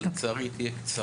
אבל לצערי היא תהיה קצרה,